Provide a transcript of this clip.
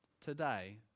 today